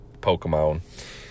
Pokemon